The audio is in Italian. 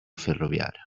ferroviaria